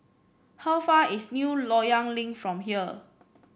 how far is New Loyang Link from here